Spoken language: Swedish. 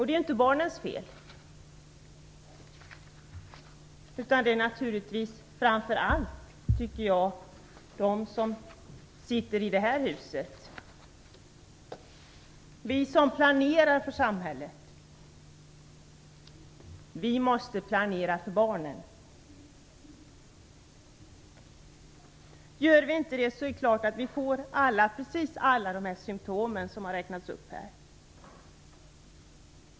Det är inte barnens fel, utan felet ligger naturligtvis framför allt hos dem som sitter i det här huset. Vi som planerar för samhället måste planera för barnen. Gör vi inte det får vi precis alla de symtom som har räknats upp här.